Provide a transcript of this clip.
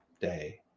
day